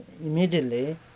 immediately